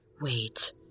wait